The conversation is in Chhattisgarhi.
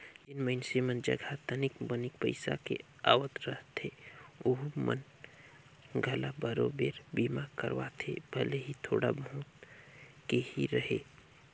जेन मइनसे मन जघा तनिक मनिक पईसा के आवक रहथे ओहू मन घला बराबेर बीमा करवाथे भले ही थोड़ा बहुत के ही रहें